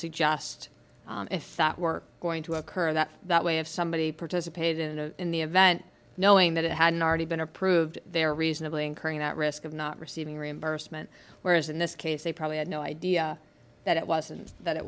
suggest if that work going to occur that that way if somebody participated in a in the event knowing that it had already been approved there reasonably incurring that risk of not receiving reimbursement whereas in this case they probably had no idea that it wasn't that it